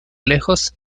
lejos